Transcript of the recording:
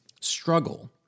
struggle